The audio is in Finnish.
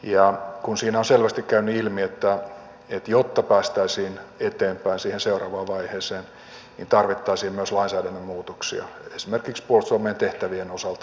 siinä on selvästi käynyt ilmi että jotta päästäisiin eteenpäin siihen seuraavaan vaiheeseen niin tarvittaisiin myös lainsäädännön muutoksia esimerkiksi puolustusvoimien tehtävien osalta